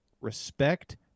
respect